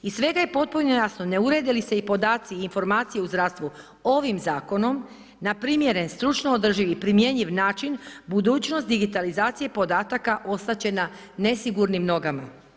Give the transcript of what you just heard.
Iz svega je potpuno jasno, ne urede li se i podaci i informacije u zdravstvu ovim zakonom, na primjeren, stručno održivi i primjenjiv način, budućnost digitalizacije podataka ostati će na nesigurnim nogama.